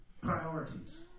priorities